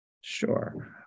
sure